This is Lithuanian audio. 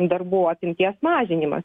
darbų apimties mažinimas